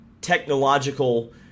technological